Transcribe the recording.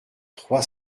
trois